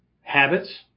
habits